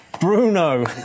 Bruno